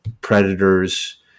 Predators